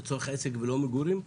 לצורך עסק ולא מגורים,